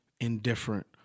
indifferent